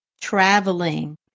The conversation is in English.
traveling